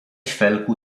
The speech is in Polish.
felku